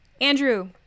Andrew